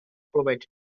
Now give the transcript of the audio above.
provided